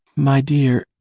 my dear